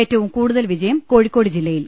ഏറ്റവും കൂടു തൽ വിജയം കോഴിക്കോട് ജില്ലയിൽ